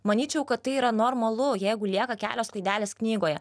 manyčiau kad tai yra normalu jeigu lieka kelios klaidelės knygoje